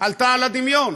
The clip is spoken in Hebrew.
עלתה על הדמיון.